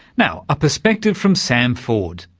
now, a perspective from sam ford,